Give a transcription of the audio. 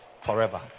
forever